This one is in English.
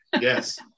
Yes